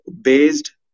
based